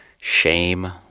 shame